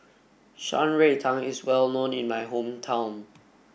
Shan Rui Tang is well known in my hometown